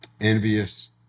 envious